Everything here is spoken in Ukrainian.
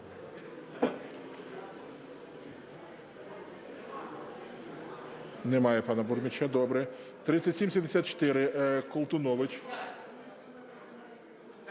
Немає пана Бурміча. Добре. 3774, Колтунович.